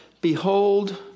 behold